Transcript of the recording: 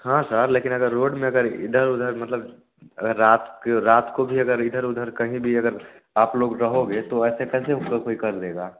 हाँ सर लेकिन अगर रोड में अगर इधर उधर मतलब अगर रात क रात को भी अगर इधर उधर कहीं भी अगर आप लोग रहोगे तो ऐसे कैसे कोई कोई कर लेगा